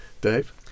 Dave